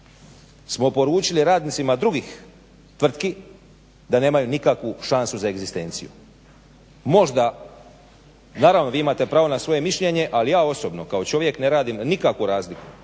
smo poručili radnicima drugih tvrtki da nemaju nikakvu šansu za egzistenciju. Možda naravno vi imate pravo na svoje mišljenje, ali ja osobno kao čovjek ne radim nikakvu razliku